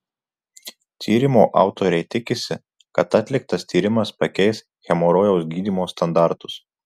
tyrimo autoriai tikisi kad atliktas tyrimas pakeis hemorojaus gydymo standartus